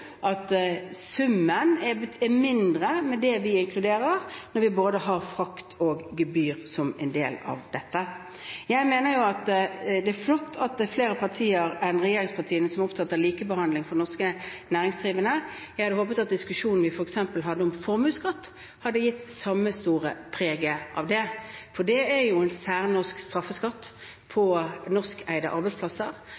med det vi inkluderer, blir mindre – når både frakt og gebyr er en del av dette. Jeg mener det er flott at det er flere partier enn regjeringspartiene som er opptatt av likebehandling av norske næringsdrivende. Jeg hadde håpet at diskusjonen vi hadde om f.eks. formuesskatt, hadde hatt det samme preget. Formuesskatt er en særnorsk straffeskatt